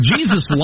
Jesus